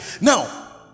now